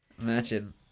Imagine